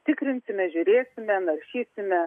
tikrinsime žiūrėsime naršysime